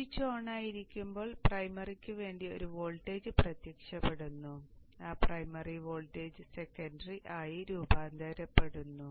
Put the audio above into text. switch ഓണായിരിക്കുമ്പോൾ പ്രൈമറിക്ക് വേണ്ടി ഒരു വോൾട്ടേജ് പ്രത്യക്ഷപ്പെടുന്നു ആ പ്രൈമറി വോൾട്ടേജ് സെക്കന്ററി ആയി രൂപാന്തരപ്പെടുന്നു